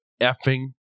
effing